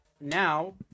now